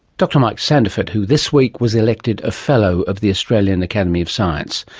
dr mike sandiford, who this week was elected a fellow of the australian academy of science.